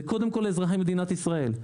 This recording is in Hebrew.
זה קודם כל לאזרחי מדינת ישראל,